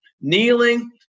Kneeling